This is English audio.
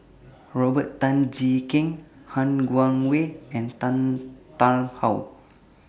Robert Tan Jee Keng Han Guangwei and Tan Tarn How